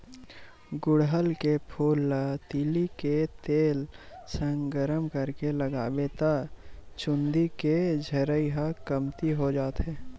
गुड़हल के फूल ल तिली के तेल संग गरम करके लगाबे त चूंदी के झरई ह कमती हो जाथे